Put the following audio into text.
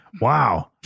Wow